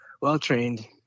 well-trained